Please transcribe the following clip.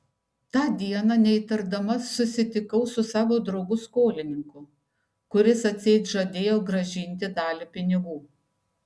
tą dieną neįtardama susitikau su savo draugu skolininku kuris atseit žadėjo grąžinti dalį pinigų